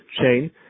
chain